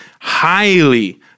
highly